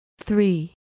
three